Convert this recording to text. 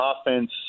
offense